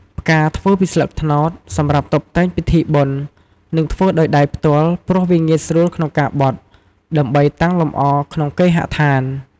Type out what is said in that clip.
ផ្កាធ្វើពីស្លឹកត្នោត សម្រាប់តុបតែងពិធីបុណ្យ ដែលធ្វើដោយដៃផ្ទាល់ ព្រោះវាងាយស្រួលក្នុងការបត់ ដើម្បីតាំងលម្អក្នុងគេហដ្ខាន។